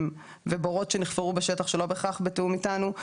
בורות נחפרו בשטח לא בהכרח בתיאום איתנו.